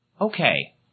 Okay